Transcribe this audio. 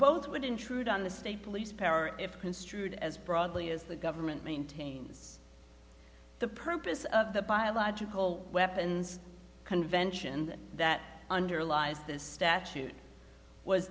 both would intrude on the state police power if construed as broadly as the government maintains the purpose of the biological weapons convention that underlies this statute was